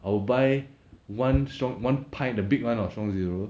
I will buy one strong one pint the big one or strong zero